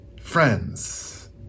friends